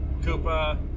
Koopa